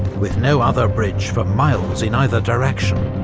with no other bridge for miles in either direction,